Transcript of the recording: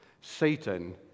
Satan